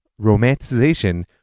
romanticization